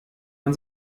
man